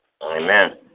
Amen